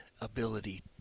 ability